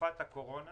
שבתקופת הקורונה